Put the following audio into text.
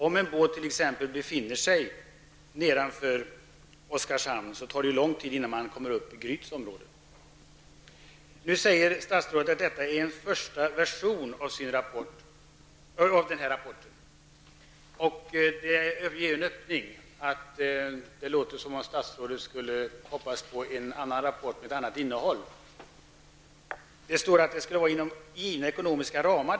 Om en båt befinner sig t.ex. nedanför Oskarshamn tar det lång tid innan den kommer upp till Gryts område. Nu säger statsrådet att detta är första versionen av rapporten. Det ger en öppning och låter som om statsrådet hoppas på en annan rapport med ett annat innehåll. Det står dessutom i svaret att organisationen skall skapas inom givna ekonomiska ramar.